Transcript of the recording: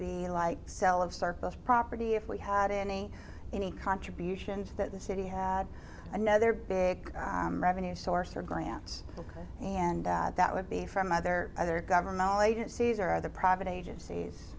be like sell of surplus property if we had any any contributions that the city had another big revenue source or glance and that would be from either other governmental agencies or other private agencies